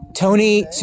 Tony